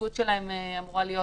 הנציגות שלהם אמורה להיות